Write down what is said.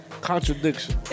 contradiction